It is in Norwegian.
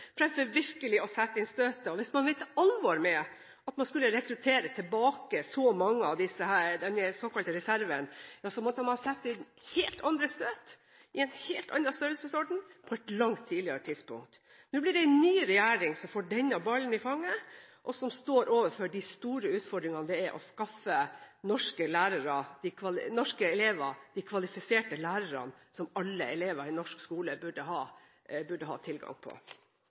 fremfor virkelig å sette inn støtet. Hvis man mente alvor med at man skulle rekruttere tilbake så mange av denne såkalte reserven, måtte man sette inn et helt annet støt i en helt annen størrelsesorden på et langt tidligere tidspunkt. Nå blir det en ny regjering som får denne ballen i fanget, og som står overfor de store utfordringene det er å skaffe norske elever de kvalifiserte lærerne som alle elever i norsk skole burde ha tilgang på.